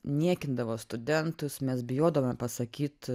niekindavo studentus mes bijodavome pasakyt